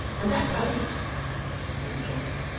and that's ours he rejoined,